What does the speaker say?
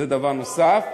זה דבר נוסף.